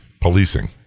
policing